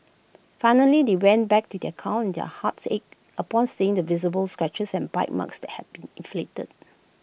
finally they went back to their car and their hearts ached upon seeing the visible scratches and bite marks that had been inflicted